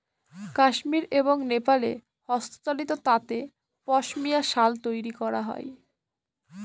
কাশ্মির এবং নেপালে হস্তচালিত তাঁতে পশমিনা শাল তৈরী করা হয়